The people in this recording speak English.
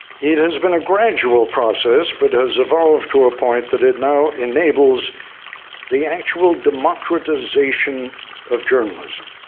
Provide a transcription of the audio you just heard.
it has been a gradual process, but has evolved to a point that it now enables the actual democratization of journalism.